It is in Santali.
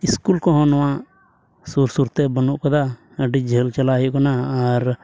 ᱥᱠᱩᱞ ᱠᱚᱦᱚᱸ ᱱᱚᱣᱟ ᱥᱩᱨ ᱥᱩᱨ ᱛᱮ ᱵᱟᱹᱱᱩᱜ ᱠᱟᱫᱟ ᱟᱹᱰᱤ ᱡᱷᱟᱹᱞ ᱪᱟᱞᱟᱜ ᱦᱩᱭᱩᱜ ᱠᱟᱱᱟ ᱟᱨ